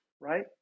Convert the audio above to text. right